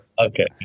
Okay